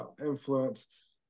influence